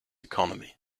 economy